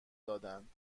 دادند